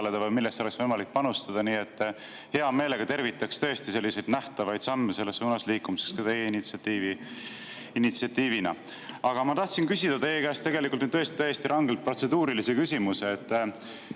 või millesse oleks võimalik panustada. Hea meelega tervitaks tõesti selliseid nähtavaid samme selles suunas liikumiseks teie initsiatiivina. Aga ma tahtsin küsida teie käest tõesti täiesti rangelt protseduurilise küsimuse.